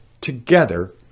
together